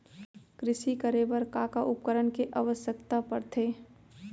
कृषि करे बर का का उपकरण के आवश्यकता परथे?